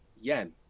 yen